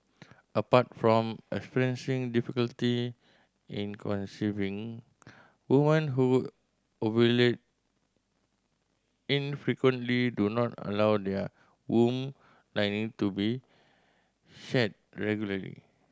apart from experiencing difficulty in conceiving women who ovulate infrequently do not allow their womb lining to be shed regularly